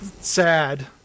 sad